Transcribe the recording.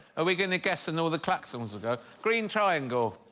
are we going to guess and all the klaxons ago green triangle?